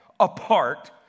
apart